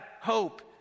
hope